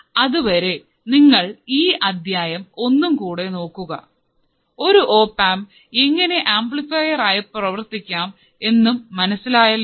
അതുവരെ നിങ്ങൾ ഈ അധ്യായം ഒന്നു കൂടെ നോക്കുക ഒരു ഓപ്ആംപ് എങ്ങിനെ ആംപ്ലിഫൈർ ആയി പ്രവർത്തിക്കും എന്നും മനസ്സിലായല്ലോ